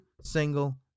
single